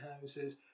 houses